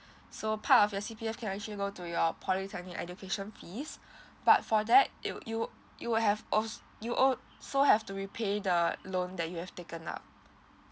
so part of your C_P_F can actually go to your polytechnic education fees but for that it'll you will you will have also you also have to repay the loan that you have taken up